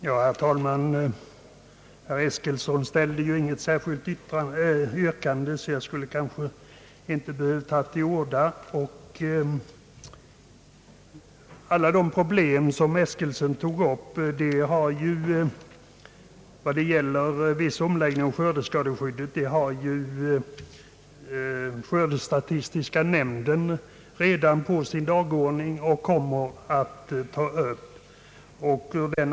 Herr talman! Eftersom herr Eskilsson inte ställde något yrkande hade jag kanske inte behövt ta till orda. Alla de problem som herr Eskilsson berörde i fråga om viss omläggning av skördeskadeskyddet står ju redan på skördestatistiska nämndens dagordning och kommer att behandlas av den.